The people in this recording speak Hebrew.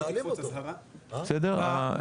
בסדר?